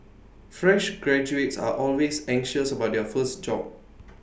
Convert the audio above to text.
fresh graduates are always anxious about their first job